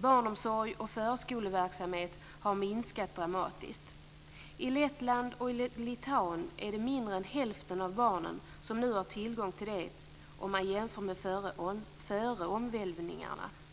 Barnomsorg och förskoleverksamhet har minskat dramatiskt. I Lettland och Litauen är det mindre än hälften av barnen som nu har tillgång till detta, om man jämför med situationen före omvälvningarna.